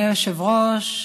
אדוני היושב-ראש,